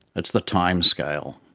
it's the timescale.